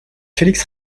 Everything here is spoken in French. felix